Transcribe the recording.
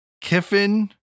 Kiffin